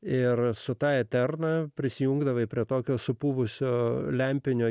ir su tąja darna prisijungdavau prie tokio supuvusio lempinio